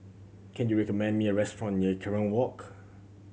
can you recommend me a restaurant near Kerong Walk